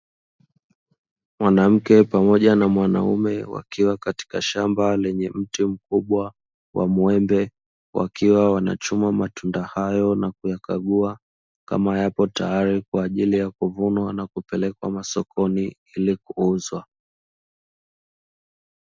Mwanamke pamoja na mwanaume wakiwa katika shamba lenye mti mkubwa wa muembe, wakiwa wanachuma matunda hayo na kuyakagua, kama yapo tayari kwa ajili ya kuvunwa na kupelekwa masokoni ili kuuzwa.